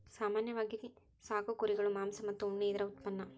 ಸಾಮಾನ್ಯವಾಗಿ ಸಾಕು ಕುರುಗಳು ಮಾಂಸ ಮತ್ತ ಉಣ್ಣಿ ಇದರ ಉತ್ಪನ್ನಾ